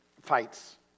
Fights